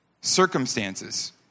circumstances